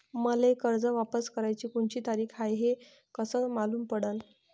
मले कर्ज वापस कराची कोनची तारीख हाय हे कस मालूम पडनं?